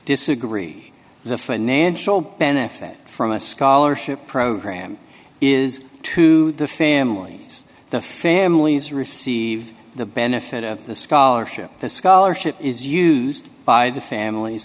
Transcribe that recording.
disagree the financial benefit from a scholarship program is to the families the families receive the benefit of the scholarship the scholarship is used by the families